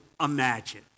imagine